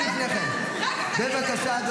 אדון סולומון,